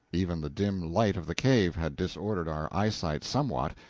even the dim light of the cave had disordered our eyesight somewhat,